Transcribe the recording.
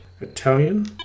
Italian